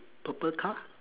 purple car